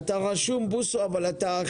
חבר הכנסת בוסו, אתה רשום.